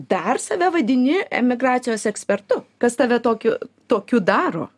dar save vadini emigracijos ekspertu kas tave tokiu tokiu daro